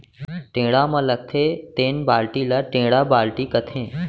टेड़ा म लगथे तेन बाल्टी ल टेंड़ा बाल्टी कथें